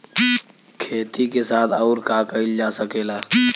खेती के साथ अउर का कइल जा सकेला?